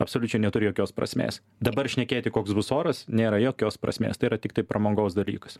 absoliučiai neturi jokios prasmės dabar šnekėti koks bus oras nėra jokios prasmės tai yra tiktai pramogos dalykas